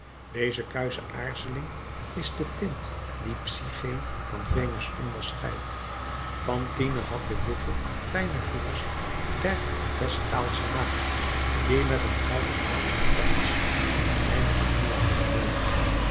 deze kuische aarzeling is de tint die psyché van venus onderscheidt fantine had de witte fijne vingers der vestaalsche maagd die met een gouden naald de asch van het heilige vuur omroert